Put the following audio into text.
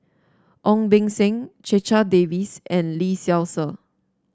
Ong Beng Seng Checha Davies and Lee Seow Ser